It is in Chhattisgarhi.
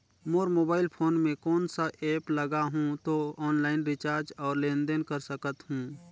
मोर मोबाइल फोन मे कोन सा एप्प लगा हूं तो ऑनलाइन रिचार्ज और लेन देन कर सकत हू?